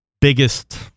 biggest